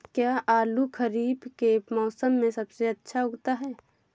क्या आलू खरीफ के मौसम में सबसे अच्छा उगता है?